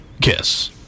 Kiss